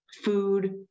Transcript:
food